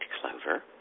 clover